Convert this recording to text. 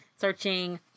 searching